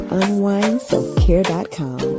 unwindselfcare.com